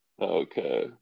okay